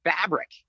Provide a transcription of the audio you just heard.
fabric